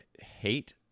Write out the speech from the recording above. hate